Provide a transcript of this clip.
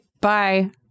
bye